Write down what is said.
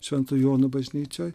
šventų jonų bažnyčioj